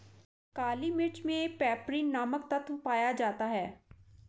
काली मिर्च मे पैपरीन नामक तत्व पाया जाता है